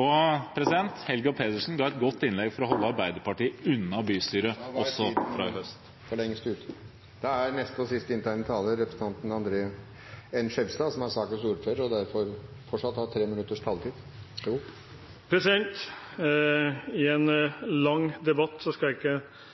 Og Helga Pedersen ga et godt innlegg for å holde Arbeiderpartiet unna bystyret også fra i høst. Da er tiden for lengst ute! Etter en lang debatt skal jeg ikke dra opp så mye mer. Litt av nøkkelen i dette, i hvert fall ut fra fra min inngang til det, er at når en